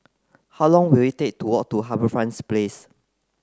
how long will it take to walk to HarbourFront Place